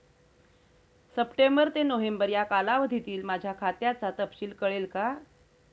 September ते November या कालावधीतील माझ्या खात्याचा तपशील कळेल का?